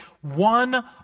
One